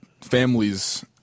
families